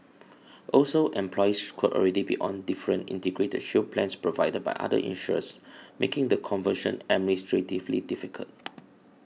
also employees could already be on different Integrated Shield plans provided by other insurers making the conversion administratively difficult